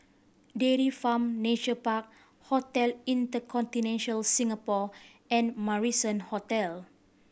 Dairy Farm Nature Park Hotel Inter Singapore and Marrison Hotel